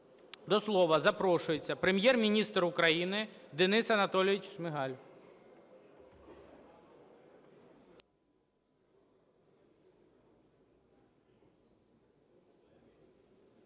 До слова запрошується Прем’єр-міністр України Денис Анатолійович Шмигаль.